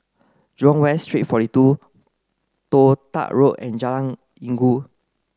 Jurong West Street forty two Toh Tuck Road and Jalan Inggu